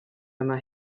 yma